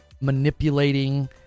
manipulating